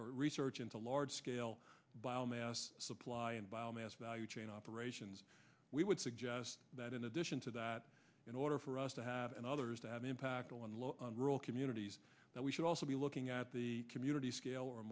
research into large scale biomass supply and biomass value chain operations we would suggest that in addition to that in order for us to have and others to have an impact on low on rural communities that we should also be looking at the community scale or